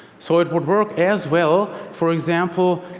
so it would work as well, for example,